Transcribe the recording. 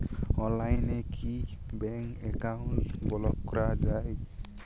অনলাইনে কি bank account block করা য়ায়?